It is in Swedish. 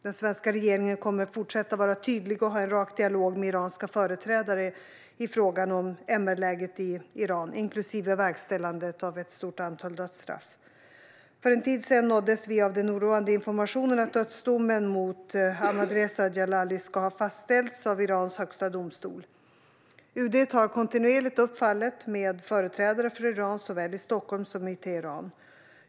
Den svenska regeringen kommer att fortsätta vara tydlig och ha en rak dialog med iranska företrädare i frågan om MR-läget i Iran, inklusive verkställandet av ett stort antal dödsstraff. För en tid sedan nåddes vi av den oroande informationen att dödsdomen mot Ahmadreza Djalali ska ha fastställts av Irans högsta domstol. UD tar kontinuerligt upp fallet med företrädare för Iran såväl i Stockholm som i Teheran.